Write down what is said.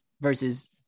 versus